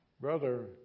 Brother